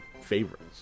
favorites